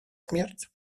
смерть